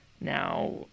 Now